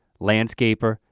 landscaper,